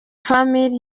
family